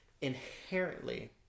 inherently